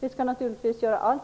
Vi skall naturligtvis göra allt